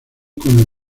con